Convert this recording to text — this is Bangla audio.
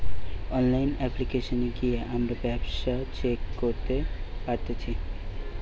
অনলাইন অপ্লিকেশনে গিয়ে আমরা ব্যালান্স চেক করতে পারতেচ্ছি